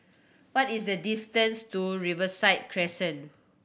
what is the distance to Riverside Crescent